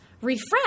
refresh